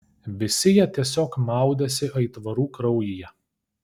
visi jie tiesiog maudėsi aitvarų kraujyje